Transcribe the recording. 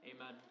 Amen